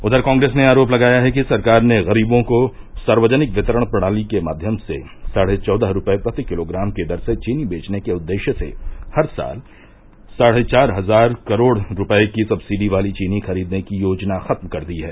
उधर कांग्रेस ने आरोप लगाया है कि सरकार ने गरीवों को सार्वजनिक वितरण प्रणाली के माध्यम से साढ़े चौदह रुपये प्रति किलोग्राम की दर से चीनी बेचने के उद्देश्य से हर साल साढ़े चार हजार करोड़ रुपये की सक्सिडी वाली चीनी खरीदने की योजना खत्म कर दी हैं